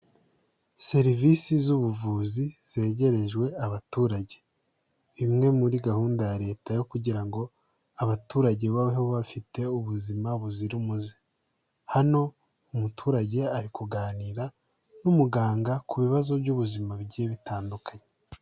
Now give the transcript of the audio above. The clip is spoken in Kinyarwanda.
Serivisi z'ubuvuzi zegerejwe abaturage, imwe muri gahunda ya leta yo kugira ngo abaturage babaho bafite ubuzima buzira umuze, hano umuturage ari kuganira n'umuganga ku bibazo by'ubuzima bigiye bitandukanye.